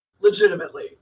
Legitimately